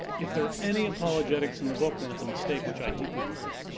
if there are any apologetics in the book then it's a mistake, which i deeply regret.